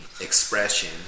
expression